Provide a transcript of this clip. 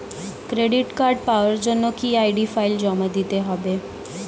Credit card পাওয়ার জন্য কি আই.ডি ফাইল জমা দিতে হবে?